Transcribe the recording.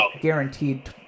guaranteed